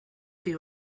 chi